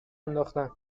انداختن